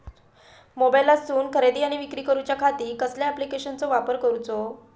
मोबाईलातसून खरेदी आणि विक्री करूच्या खाती कसल्या ॲप्लिकेशनाचो वापर करूचो?